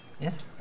Yes